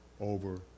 over